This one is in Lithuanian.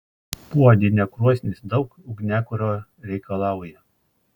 puodinė krosnis daug ugniakuro reikalauja